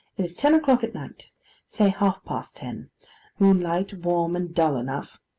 is ten o'clock at night say half-past ten moonlight, warm, and dull enough.